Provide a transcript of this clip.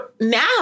now